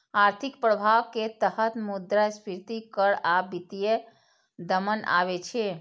आर्थिक प्रभाव के तहत मुद्रास्फीति कर आ वित्तीय दमन आबै छै